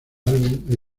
álbum